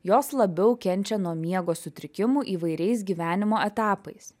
jos labiau kenčia nuo miego sutrikimų įvairiais gyvenimo etapais